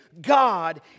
God